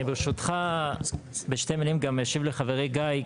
אני ברשותך בשתי מילים גם אשיב לחברי גיא,